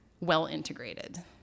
well-integrated